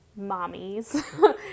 mommies